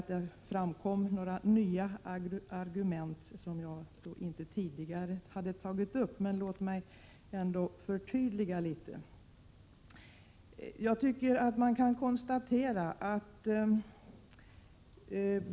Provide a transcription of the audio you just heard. Det framkom inte några nya argument som jag inte tidigare har tagit upp, men låt mig ändå förtydliga något.